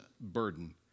burden